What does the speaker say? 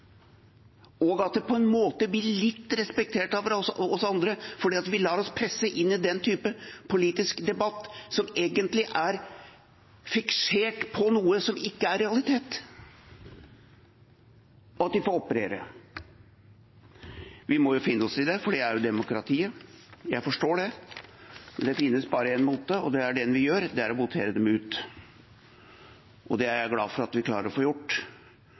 og at det på en måte blir litt respektert av oss andre – for vi lar oss presse inn i den typen politisk debatt som egentlig er fiksert på noe som ikke er realitet. Og at de får operere; vi må jo finne oss i det, for det er jo demokratiet. Jeg forstår det. Men det finnes bare én måte, og det er den vi gjør, det er å votere dem ut. Og det er jeg glad for at vi klarer å få gjort.